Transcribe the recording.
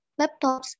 laptops